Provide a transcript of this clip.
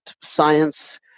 science